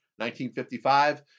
1955